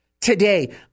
today